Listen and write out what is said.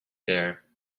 there